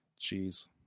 Jeez